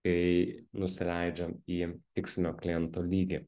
kai nusileidžiam į tikslinio kliento lygį